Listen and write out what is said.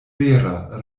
vera